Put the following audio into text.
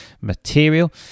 material